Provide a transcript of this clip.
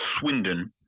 Swindon